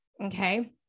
Okay